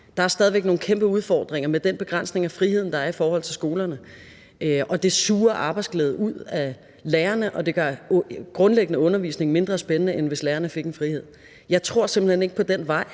der er stadig væk nogle kæmpe udfordringer med den begrænsning af frihed, der er i forhold til skolerne, og det suger arbejdsglæde ud af lærerne, og det gør grundlæggende undervisningen mindre spændende, end hvis lærerne får den frihed. Jeg tror simpelt hen ikke på den vej,